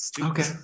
Okay